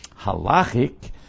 halachic